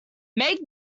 make